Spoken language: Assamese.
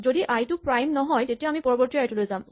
যদি আই টো প্ৰাইম নহয় তেতিয়া আমি পৰৱৰ্তী আই টো লৈ যাম